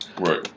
Right